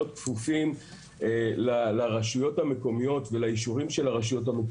כפופים לרשויות המקומיות ולאישורים שלהן.